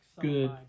good